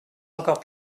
encore